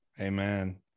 Amen